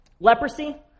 Leprosy